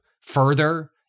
further